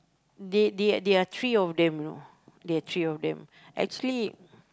they they they are three of them you know there are three of them actually